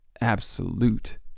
absolute